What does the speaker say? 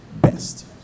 best